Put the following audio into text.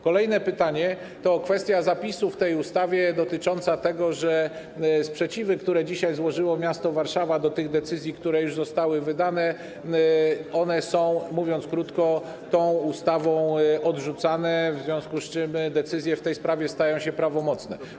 Kolejne pytanie to kwestia zapisu w tej ustawie, dotyczącego tego, że sprzeciwy, które dzisiaj złożyło miasto Warszawa, wobec tych decyzji, które już zostały wydane, mówiąc krótko, są tą ustawą odrzucane, w związku z czym decyzje w tej sprawie stają się prawomocne.